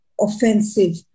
offensive